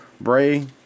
Bray